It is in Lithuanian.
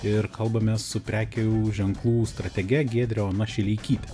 ir kalbame su prekių ženklų strategė giedrė šileikytė